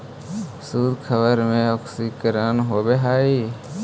शुद्ध रबर में ऑक्सीकरण होवे लगऽ हई